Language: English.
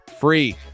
free